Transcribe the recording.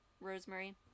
Rosemary